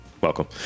welcome